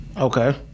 Okay